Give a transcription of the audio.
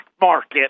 market